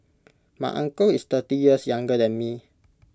my uncle is thirty years younger than me